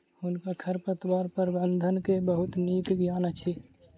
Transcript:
हुनका खरपतवार प्रबंधन के बहुत नीक ज्ञान अछि